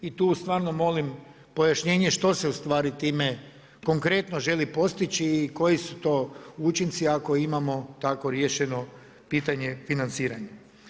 I tu stvarno molim pojašnjenje što se ustvari time konkretno želi postići i koji su to učinci ako imamo tako riješeno pitanje financiranja.